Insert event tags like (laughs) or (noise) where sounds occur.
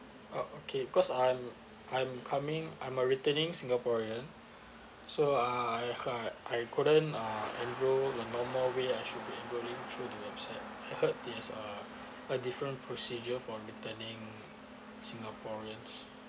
uh okay cause I'm I'm coming I'm a returning singaporean so uh I I I couldn't uh enroll a normal way I should be enrolling through the outside (laughs) there's a a different procedure for returning singaporeans